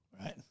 right